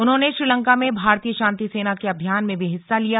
उन्होंने श्रीलंका में भारतीय शांति सेना के अभियान में भी हिस्सा लिया